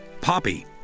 poppy